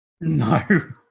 no